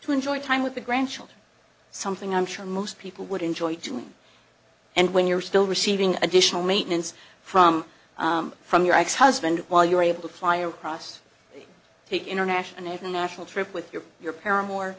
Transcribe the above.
to enjoy time with the grandchildren something i'm sure most people would enjoy doing and when you're still receiving additional maintenance from from your ex husband while you're able to fly across take international and national trip with your your parent mor